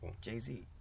Jay-Z